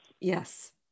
Yes